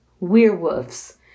Werewolves